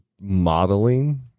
modeling